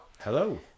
Hello